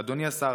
אדוני השר,